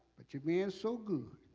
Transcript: but you being so good